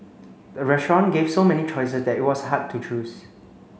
the restaurant gave so many choices that it was hard to choose